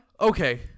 Okay